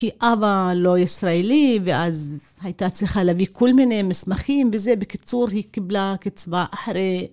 כי אבא לא ישראלי, ואז הייתה צריכה להביא כל מיני מסמכים, וזה בקיצור, היא קיבלה קצבה אחרי.